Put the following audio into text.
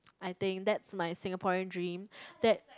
I think that's my Singaporean dream that